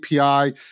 API